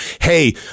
hey